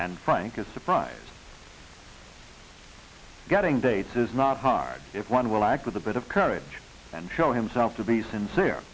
and frank is surprised getting dates is not hard if one will act with a bit of courage and show himself to be sincere